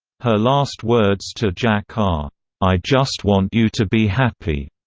her last words to jack are i just want you to be happy,